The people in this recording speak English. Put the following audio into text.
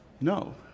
No